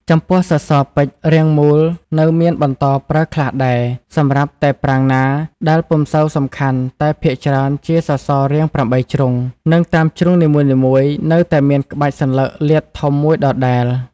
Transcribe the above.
ចំពោះសសរពេជ្ររាងមូលនៅមានបន្តប្រើខ្លះដែរ សម្រាប់តែប្រាង្គណាដែលពុំសូវសំខាន់តែភាគច្រើនជាសសររាង ៨ ជ្រុង និងតាមជ្រុងនីមួយៗនៅតែមានក្បាច់សន្លឹកលាតធំមួយដដែល។